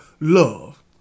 love